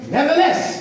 Nevertheless